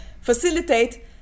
facilitate